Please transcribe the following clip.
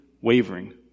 wavering